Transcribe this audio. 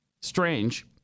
Strange